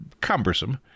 cumbersome